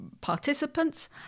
participants